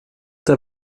der